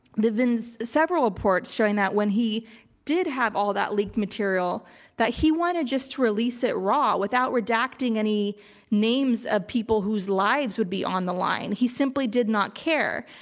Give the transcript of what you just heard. been so several reports showing that when he did have all that leaked material that he wanted just to release it raw without redacting any names of people whose lives would be on the line. he simply did not care.